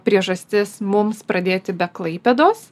priežastis mums pradėti be klaipėdos